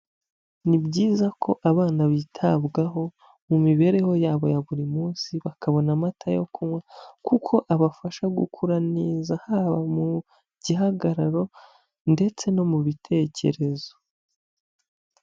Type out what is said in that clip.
Ni byiza ko abana bitabwaho mu mibereho yabo ya buri munsi bakabona amata yo kunywa kuko abafasha gukura neza haba mu gihagararo ndetse no mu bitekerezo.